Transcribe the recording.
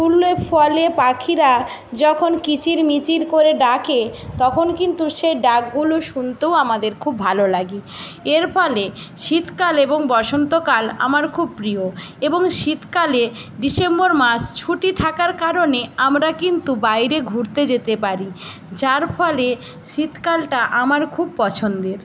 ফুলে ফলে পাখিরা যখন কিচিরমিচির করে ডাকে তখন কিন্তু সেই ডাকগুলো শুনতেও আমাদের খুব ভালো লাগে এর ফলে শীতকাল এবং বসন্তকাল আমার খুব প্রিয় এবং শীতকালে ডিসেম্বর মাস ছুটি থাকার কারণে আমরা কিন্তু বাইরে ঘুরতে যেতে পারি যার ফলে শীতকালটা আমার খুব পছন্দের